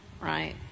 right